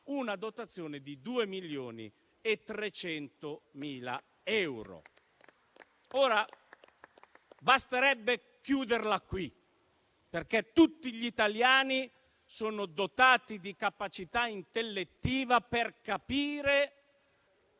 una dotazione di 2,3 milioni di euro. Basterebbe chiuderla qui, perché tutti gli italiani sono dotati di capacità intellettiva per capire